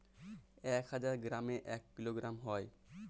এক হাজার গ্রামে এক কিলোগ্রাম হয়